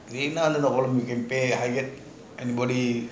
cleaner and all you can pay higher anybody